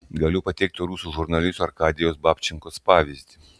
galiu pateikti rusų žurnalisto arkadijaus babčenkos pavyzdį